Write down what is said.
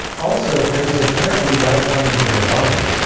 also, there was apparently light coming from the body.